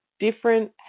different